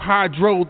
Hydro